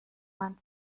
mann